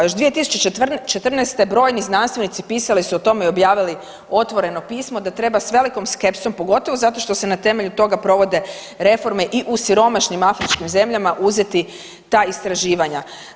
Još 2014. brojni znanstvenici pisali su o tome i objavili otvoreno pismo da treba s velikom skepsom, pogotovo zato što se na temelju toga provode reforme i u siromašnim afričkim zemljama uzeti ta istraživanja.